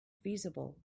feasible